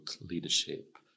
leadership